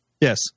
Yes